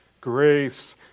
grace